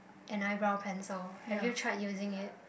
an eyebrow pencil have you tried using it